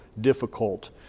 difficult